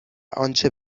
آنچه